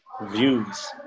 views